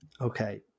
Okay